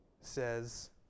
says